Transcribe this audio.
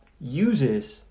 uses